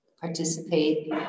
participate